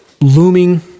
looming